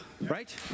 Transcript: right